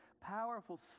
powerful